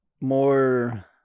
more